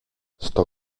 στο